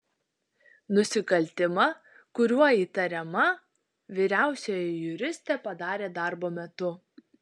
nusikaltimą kuriuo įtariama vyriausioji juristė padarė darbo metu